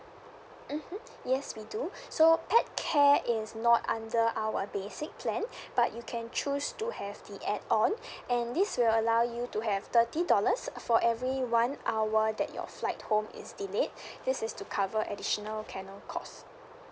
mmhmm yes we do so add care is not under our basic plan but you can choose to have the add on and this will allow you to have thirty dollars for every one hour that your flight home is delayed this is to cover additional canal cost